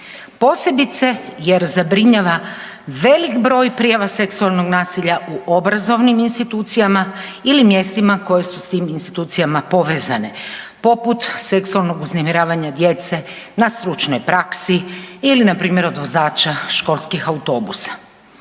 Posebice jer zabrinjava velik broj prijava seksualnog nasilja u obrazovnim institucijama ili mjestima koje su s tim institucijama povezane poput seksualnog uznemiravanja djece na stručnoj praksi ili npr. od vozača školskih autobusa.